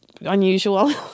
unusual